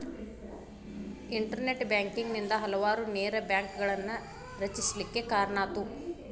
internet banking ನಿಂದಾ ಹಲವಾರು ನೇರ ಬ್ಯಾಂಕ್ಗಳನ್ನ ರಚಿಸ್ಲಿಕ್ಕೆ ಕಾರಣಾತು